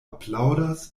aplaŭdas